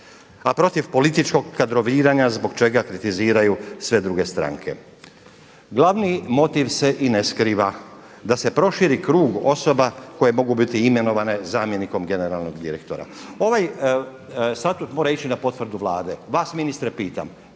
a protiv političkog kadroviranja zbog čega kritiziraju sve druge stranke. Glavni motiv se i ne skriva, da se proširi krug osoba koje mogu biti imenovane zamjenikom generalnog direktora. Ovaj statut mora ići na potvrdu Vlade. Vas ministre pitam,